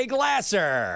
Glasser